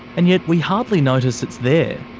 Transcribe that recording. and yet we hardly notice it's there.